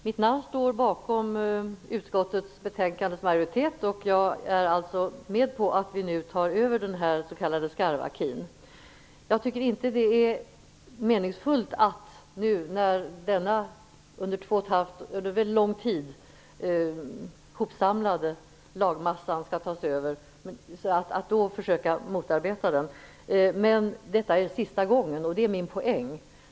Herr talman! Jag står bakom utskottsmajoritetens åsikt, och jag är alltså med på att vi nu tar över den s.k. skarv-acquisen. Jag tycker inte att det är meningsfullt att nu försöka motarbeta den under väldigt lång tid hopsamlade lagmassan. Men detta är sista gången, och det är min poäng.